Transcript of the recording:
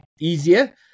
easier